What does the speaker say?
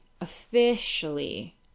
officially